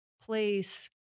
place